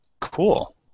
Cool